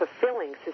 fulfilling